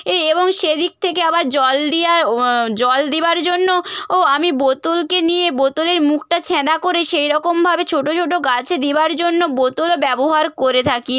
এ এবং সেদিক থেকে আবার জল দিয়ে জল দেবার জন্য ও আমি বোতলকে নিয়ে বোতলের মুখটা ছ্যাঁদা করে সেইরকমভাবে ছোট ছোট গাছে দেবার জন্য বোতলও ব্যবহার করে থাকি